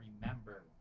remember